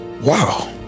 Wow